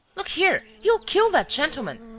look here. you'll kill that gentleman!